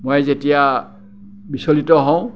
মই যেতিয়া বিচলিত হওঁ